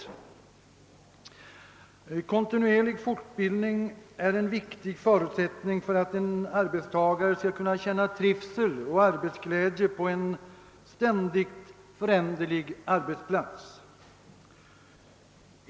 Kontinuerlig fortbildning är en viktig förutsättning för att en arbetstagare skall kunna känna trivsel och arbetsglädje på en ständigt föränderlig arbetsplats.